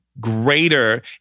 greater